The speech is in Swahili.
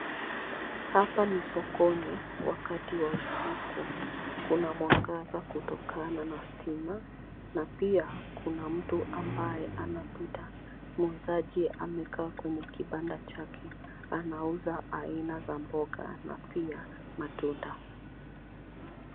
Hapa ni sokoni wakati wa usiku. Kuna mwangaza kutokana na stima na pia kuna mtu ambaye anapita. Muuzaji amekaa kwenye kibanda chake anauza aina na mboga na pia matunda.